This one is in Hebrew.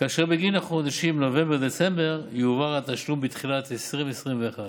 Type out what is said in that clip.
ובגין חודשים נובמבר-דצמבר יועבר התשלום בתחילת 2021,